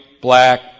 black